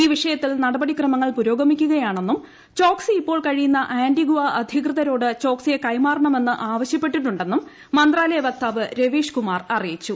ഈ വിഷയത്തിൽ നടപടിക്രമങ്ങൾ പുരോഗമിക്കുകയാണെന്നും ചോക്സി ഇപ്പോൾ കഴിയുന്ന ആന്റിഗ്വ അധികൃതരോട് ചോക്സിയെ കൈമാറണമെന്ന് ആവശ്യപ്പെട്ടിട്ടുണ്ടെന്നും മന്ത്രാലയ വക്താവ് രവീഷ്കുമാർ അറിയിച്ചു